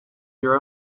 your